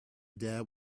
dad